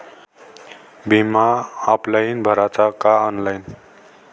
बिमा ऑफलाईन भराचा का ऑनलाईन?